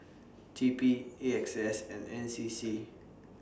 T P A X S and N C C